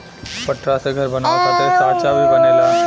पटरा से घर बनावे खातिर सांचा भी बनेला